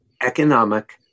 economic